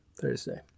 Thursday